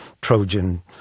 Trojan